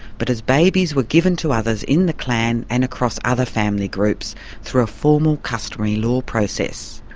but as babies, were given to others in the clan and across other family groups through a formal customary law process.